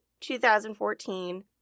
2014